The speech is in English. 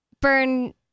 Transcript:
burn